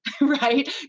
right